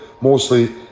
Mostly